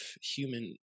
human